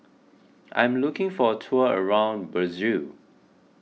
I'm looking for a tour around Brazil